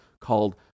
called